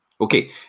Okay